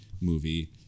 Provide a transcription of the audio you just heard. movie